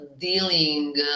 dealing